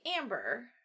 amber